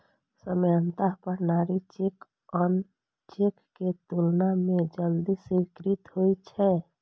सामान्यतः प्रमाणित चेक आन चेक के तुलना मे जल्दी स्वीकृत होइ छै